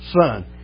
son